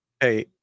Hey